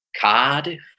Cardiff